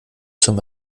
zum